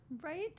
Right